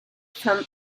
from